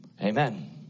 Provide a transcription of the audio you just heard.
amen